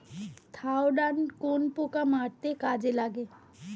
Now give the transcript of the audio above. Thiodan কোন পোকা মারতে কাজে লাগে?